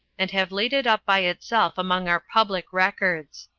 and have laid it up by itself among our public records.